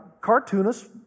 Cartoonists